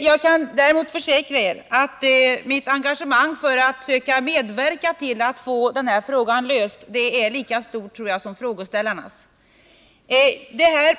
Jag kan däremot försäkra er att mitt engagemang för att söka medverka till att få denna fråga löst är lika stort som, tror jag, frågeställarnas.